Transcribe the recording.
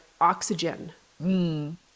oxygen